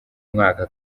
mwaka